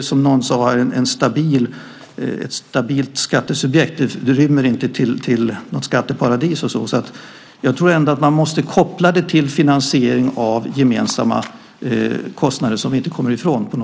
Som någon sade här så är ju fastigheter ett stabilt skattesubjekt. De rymmer inte till något skatteparadis eller så. Jag tror ändå att man på något sätt måste koppla detta till finansiering av gemensamma kostnader som vi inte kommer ifrån.